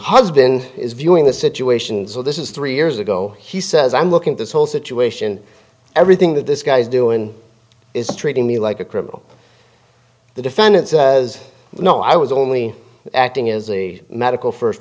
husband is viewing the situation so this is three years ago he says i'm looking at this whole situation everything that this guy is doing is treating me like a criminal the defendant says you know i was only acting as a medical first